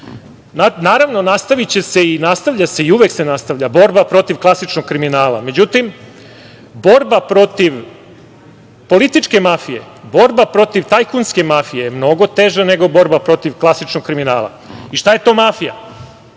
se i nastavlja se i uvek se nastavlja borba protiv klasičnog kriminala. Međutim, borba protiv političke mafije, borba protiv tajkunske mafije je mnogo teža nego borba protiv klasičnog kriminala. Šta je to mafija?